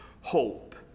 hope